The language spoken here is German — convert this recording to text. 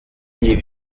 die